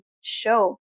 show